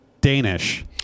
Danish